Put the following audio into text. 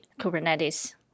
Kubernetes